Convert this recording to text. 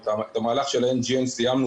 את המהלך של ה-NGN סיימנו